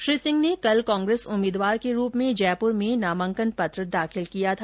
श्री सिंह ने कल कांग्रेस उम्मीदवार के रूप में जयपुर में नामांकन पत्र दाखिल किया था